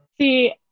See